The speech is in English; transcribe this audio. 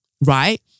right